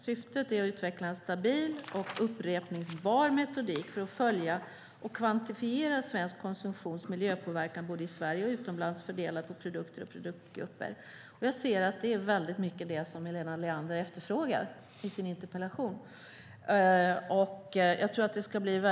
Syftet är att utveckla en stabil och upprepbar metodik för att följa och kvantifiera svensk konsumtions miljöpåverkan både i Sverige och utomlands fördelat på produkter och produktgrupper. Jag ser att det är mycket av det som Helena Leander efterfrågar i sin interpellation.